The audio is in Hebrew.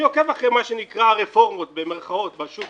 אני עוקב אחרי מה שנקרא "הרפורמות" בשוק